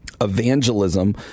evangelism